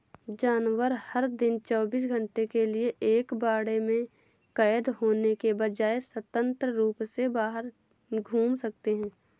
जानवर, हर दिन चौबीस घंटे के लिए एक बाड़े में कैद होने के बजाय, स्वतंत्र रूप से बाहर घूम सकते हैं